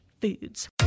foods